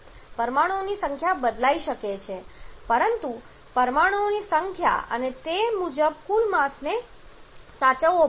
પરમાણુઓની સંખ્યા બદલાઈ શકે છે પરંતુ પરમાણુઓની સંખ્યા અને તે મુજબ કુલ માસને સાચવવો પડશે